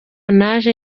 naje